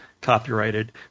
copyrighted